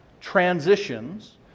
transitions